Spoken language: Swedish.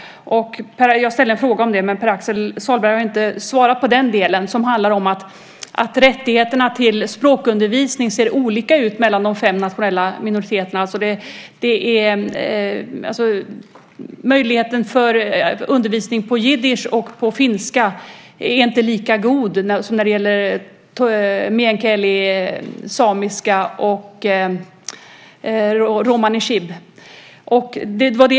Jag ställde en fråga om det, men Pär Axel Sahlberg har inte svarat på den delen. Den handlade om att rättigheterna till språkundervisning ser olika ut mellan de fem nationella minoriteterna. Möjligheten för undervisning på jiddisch och på finska är inte lika god som när det gäller meänkieli, samiska och romani chib.